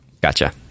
Gotcha